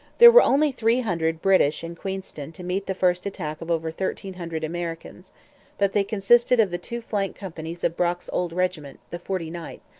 there were only three hundred british in queenston to meet the first attack of over thirteen hundred americans but they consisted of the two flank companies of brock's old regiment, the forty ninth,